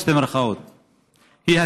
במירכאות כפולות,